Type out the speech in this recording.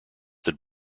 that